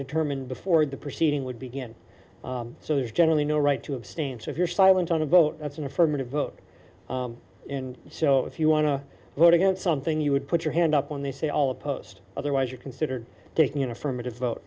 determined before the proceeding would begin so there's generally no right to abstain so if you're silent on a vote that's an affirmative vote and so if you want to vote against something you would put your hand up when they say all opposed otherwise you're considered taking an affirmative vote